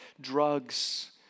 drugs